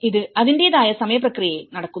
ഇത് അതിന്റെതായ സമയ പ്രക്രിയയിൽ നടക്കുന്നു